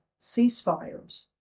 ceasefires